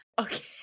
Okay